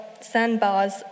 sandbars